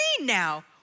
now